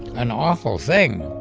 an awful thing